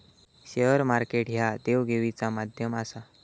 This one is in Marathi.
शेअर मार्केट ह्या देवघेवीचा माध्यम आसा